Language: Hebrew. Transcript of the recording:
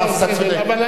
לא, אתה צודק.